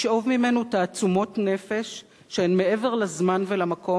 לשאוב ממנו תעצומות נפש שהן מעבר לזמן ולמקום,